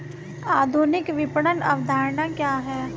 आधुनिक विपणन अवधारणा क्या है?